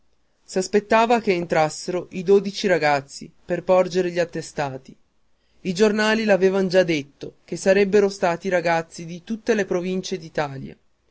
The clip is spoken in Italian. premiati s'aspettava che entrassero i dodici ragazzi per porgere gli attestati i giornali l'avevan già detto che sarebbero stati ragazzi di tutte le provincie